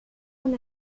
con